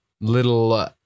little